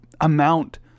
amount